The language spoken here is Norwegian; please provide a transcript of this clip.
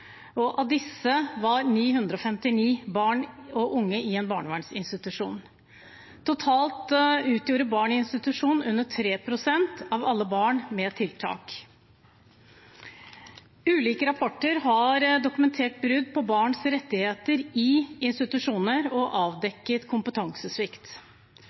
i en barnevernsinstitusjon. Totalt utgjorde barn i institusjon under 3 pst. av alle barn med tiltak. Ulike rapporter har dokumentert brudd på barns rettigheter i institusjoner og